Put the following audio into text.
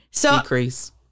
decrease